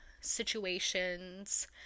situations